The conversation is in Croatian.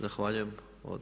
Zahvaljujem.